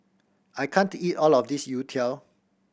I can't eat all of this youtiao